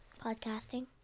Podcasting